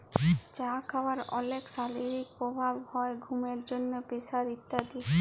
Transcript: চা খাওয়ার অলেক শারীরিক প্রভাব হ্যয় ঘুমের জন্হে, প্রেসার ইত্যাদি